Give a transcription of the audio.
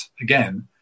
again